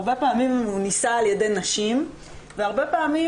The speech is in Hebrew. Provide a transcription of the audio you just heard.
הרבה פעמים הרעיון נישא על ידי נשים והרבה פעמים